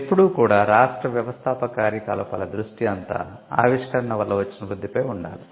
ఎప్పుడూ కూడా రాష్ట్ర వ్యవస్థాపక కార్యకలాపాల దృష్టి అంతా ఆవిష్కరణ వల్ల వచ్చిన వృద్ధిపై ఉండాలి